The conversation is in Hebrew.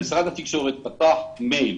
משרד התקשורת פתח מייל